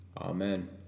Amen